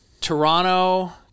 Toronto